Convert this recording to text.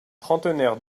trentenaires